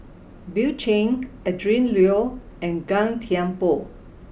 Bill Chen Adrin Loi and Gan Thiam Poh